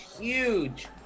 huge